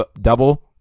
double